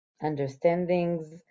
understandings